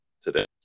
today